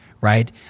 Right